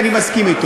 אני מסכים אתו.